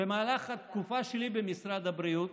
במהלך התקופה שלי במשרד הבריאות